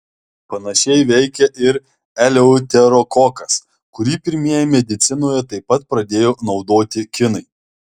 panašiai veikia ir eleuterokokas kurį pirmieji medicinoje taip pat pradėjo naudoti kinai